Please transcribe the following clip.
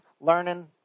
learning